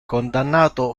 condannato